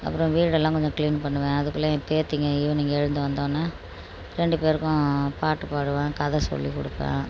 அப்புறம் வீடெல்லாம் கொஞ்சம் க்ளீன் பண்ணுவேன் அதுக்குள்ளே என் பேத்திங்க ஈவினிங் எழுந்து வந்தோன்னே ரெண்டு பேருக்கும் பாட்டு பாடுவேன் கதை சொல்லிக்கொடுப்பேன்